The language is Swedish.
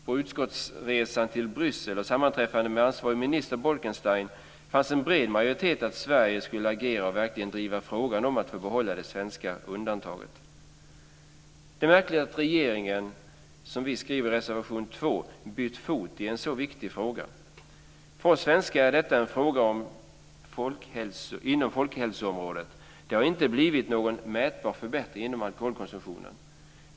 På utskottsresan till Bryssel och sammanträffandet med ansvarige kommissionären Bolkestein fanns en bred majoritet för att Sverige skulle agera och verkligen driva frågan om att få behålla det svenska undantaget. Det är märkligt att regeringen, som vi skriver i reservation 2, bytt fot i en så viktig fråga. För oss svenskar är detta en fråga inom folkhälsoområdet. Det har inte blivit någon mätbar förbättring vad gäller alkoholkonsumtionen.